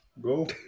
Go